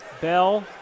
Bell